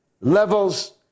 levels